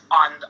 on